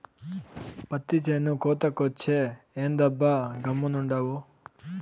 పత్తి చేను కోతకొచ్చే, ఏందబ్బా గమ్మునుండావు